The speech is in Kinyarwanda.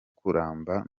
kuramba